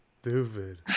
Stupid